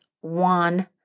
one